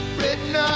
Written